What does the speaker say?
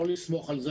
לא לסמוך על זה